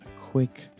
quick